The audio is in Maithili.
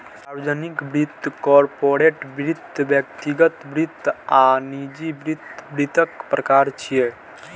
सार्वजनिक वित्त, कॉरपोरेट वित्त, व्यक्तिगत वित्त आ निजी वित्त वित्तक प्रकार छियै